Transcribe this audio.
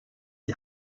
die